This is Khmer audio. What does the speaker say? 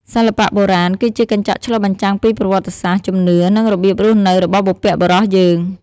សិល្បៈបុរាណគឺជាកញ្ចក់ឆ្លុះបញ្ចាំងពីប្រវត្តិសាស្ត្រ ជំនឿ និងរបៀបរស់នៅរបស់បុព្វបុរសយើង។